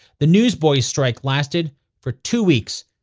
the newsboys' strike lasted for two weeks,